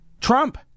Trump